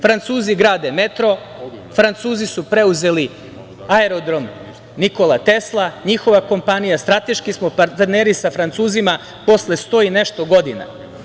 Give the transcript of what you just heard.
Francuzi grade metro, Francuzi su preuzeli Aerodrom „Nikola Tesla“, njihova kompanija, strateški smo partneri sa Francuzima posle 100 i nešto godina.